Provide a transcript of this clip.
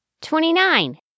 twenty-nine